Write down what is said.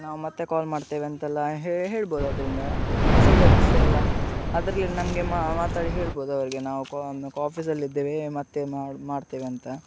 ನಾವು ಮತ್ತೆ ಕಾಲ್ ಮಾಡ್ತೆವಂತೆಲ್ಲ ಹೇಳ್ಬೋದು ಅದರಿಂದ ಮೆಸೇಜ್ ಅದು ಸಹ ಎಲ್ಲ ಅದರಲ್ಲಿ ನಮಗೆ ಮಾತಾಡಿ ಹೇಳ್ಬೋದು ಅವರಿಗೆ ನಾವು ಕೊ ಆಫೀಸಲಿದ್ದೇವೆ ಮತ್ತೆ ಮಾಡ್ತೇವಂತ